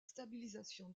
stabilisation